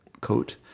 coat